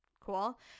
Cool